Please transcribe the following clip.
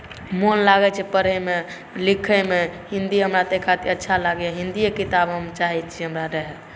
मोन लागैत छै पढ़ैमे लिखैमे हिन्दी हमरा ताहि खातिर अच्छा लागैए हिन्दिए किताब हम चाहैत छी हमरा रहय